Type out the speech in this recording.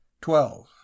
twelve